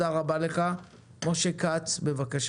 כולם